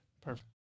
Perfect